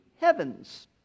heavens